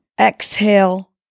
exhale